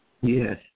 Yes